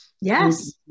Yes